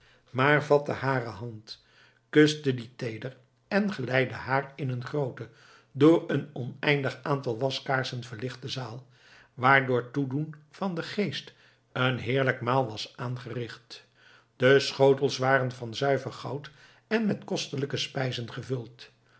maar vatte hare hand kuste die teeder en geleidde haar in een groote door een oneindig aantal waskaarsen verlichte zaal waar door toedoen van den geest een heerlijk maal was aangericht de schotels waren van zuiver goud en met kostelijke spijzen gevuld